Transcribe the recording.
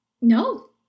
No